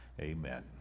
Amen